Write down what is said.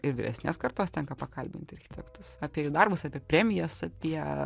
ir vyresnės kartos tenka pakalbinti architektus apie jų darbus apie premijas apie